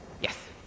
Yes